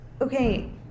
okay